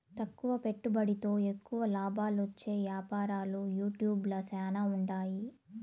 తక్కువ పెట్టుబడితో ఎక్కువ లాబాలొచ్చే యాపారాలు యూట్యూబ్ ల శానా ఉండాయి